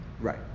Right